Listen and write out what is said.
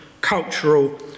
cultural